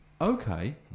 Okay